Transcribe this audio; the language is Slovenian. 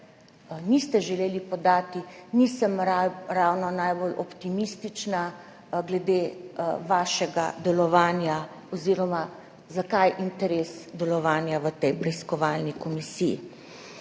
niste želeli podati, nisem ravno najbolj optimistična glede vašega delovanja oziroma glede tega, zakaj interes delovanja v tej preiskovalni komisiji.